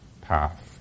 path